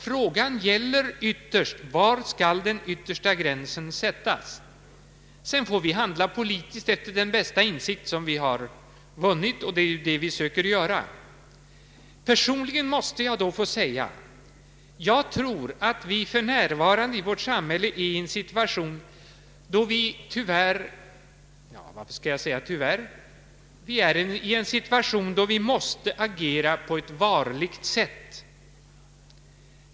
Frågan gäller till sist var den yttersta gränsen skall sättas, och sedan får vi handla politiskt efter den bästa insikt som vi har vunnit. Det är det vi söker göra. Personligen måste jag då få säga följande. Jag tror att vi för närvarande i vårt samhälle är i en situation då vi måste agera på ett varligt sätt.